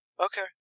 Okay